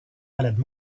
malades